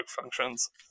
functions